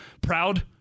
proud